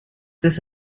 this